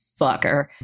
fucker